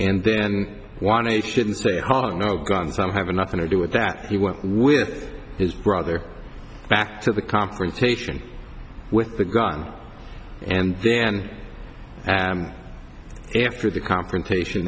and then one and shouldn't say a ha no gun some have nothing to do with that he went with his brother back to the confrontation with the gun and then and after the confrontation